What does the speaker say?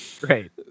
Great